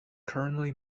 currently